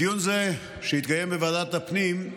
בדיון זה, שהתקיים בוועדת הפנים,